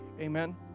amen